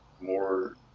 more